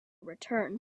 return